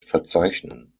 verzeichnen